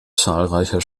zahlreicher